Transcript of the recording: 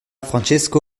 francisco